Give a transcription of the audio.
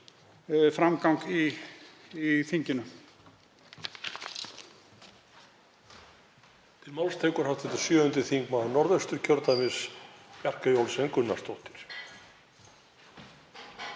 framgang í þinginu.